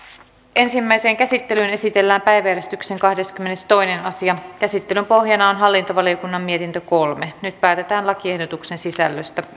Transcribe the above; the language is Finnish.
ensimmäiseen käsittelyyn esitellään päiväjärjestyksen kahdeskymmenestoinen asia käsittelyn pohjana on hallintovaliokunnan mietintö kolme nyt päätetään lakiehdotuksen sisällöstä